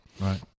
Right